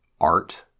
art